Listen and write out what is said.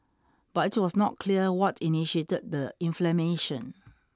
but it was not clear what initiated the inflammation